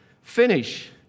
finish